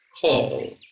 call